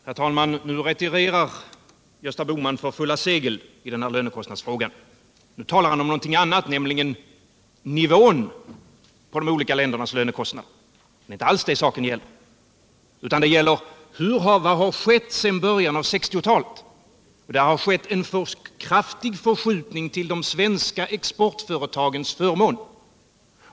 Herr talman! Nu retirerar Gösta Bohman för fulla segel i lönekostnadsfrågan. Nu talar han om något annat än tidigare, nämligen om nivån på de olika ländernas lönekostnader. Det är inte alls det saken gäller utan vad som har skett sedan början av 1960-talet. Det har sedan dess inträffat en kraftig förskjutning till de svenska exportföretagens förmån.